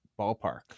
ballpark